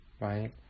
right